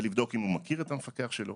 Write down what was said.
ולבדוק אם הוא מכיר את המפקח שלו.